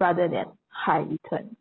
rather than high return